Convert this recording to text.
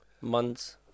months